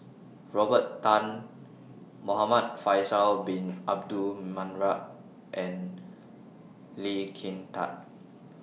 Robert Tan Muhamad Faisal Bin Abdul Manap and Lee Kin Tat